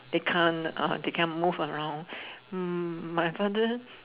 they can't uh they can't move around mm my father